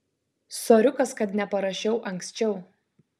soriukas kad neparašiau anksčiau